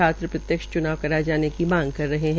छात्र प्रत्यक्ष च्नाव कराये जाने की मांग रहे है